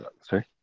sorry